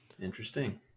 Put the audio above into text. Interesting